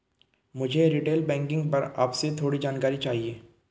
मुझे retail banking पर आपसे थोड़ी जानकारी चाहिए